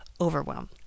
overwhelm